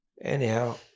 Anyhow